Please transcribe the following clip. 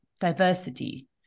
diversity